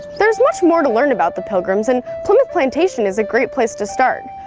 there's much more to learn about the pilgrims and plimoth plantation is a great place to start!